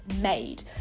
made